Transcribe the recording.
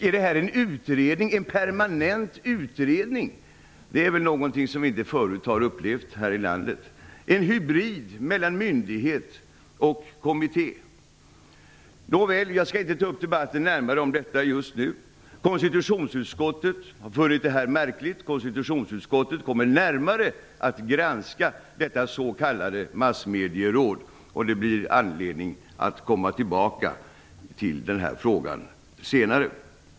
Är detta en permanent utredning? Det är väl någonting som vi inte förut har upplevt här i landet, en hybrid mellan myndighet och kommitté. Nåväl, jag skall inte ta upp tid i debatten med att tala närmare om detta just nu. Konstitutionsutskottet har funnit det märkligt. Konstitutionsutskottet kommer att närmare granska detta s.k. massmedieråd. Det blir anledning att komma tillbaka till den här frågan senare.